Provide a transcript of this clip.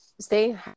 Stay